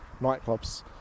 nightclubs